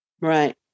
Right